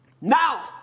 now